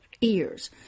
ears